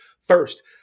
first